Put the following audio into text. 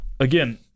Again